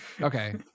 Okay